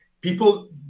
People